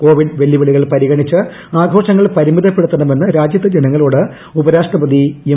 Covid വെല്ലുവിളികൾ പരിഗണിച്ച് ആഘോഷങ്ങൾ പരിമിതപ്പെടുത്തണം എന്ന് രാജ്യത്തെ ജനങ്ങളോട് ഉപരാഷ്ട്രപതി എം